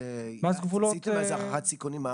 האם עשיתם איזושהי הערכת סיכונים לגבי מה